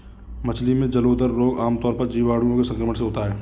मछली में जलोदर रोग आमतौर पर जीवाणुओं के संक्रमण से होता है